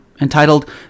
entitled